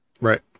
Right